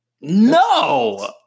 No